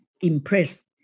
impressed